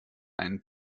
einen